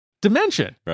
dimension